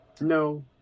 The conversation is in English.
no